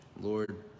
Lord